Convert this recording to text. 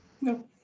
no